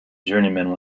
journeyman